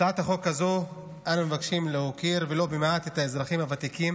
בהצעת חוק הזו אנו מבקשים להוקיר ולו במעט את האזרחים הוותיקים,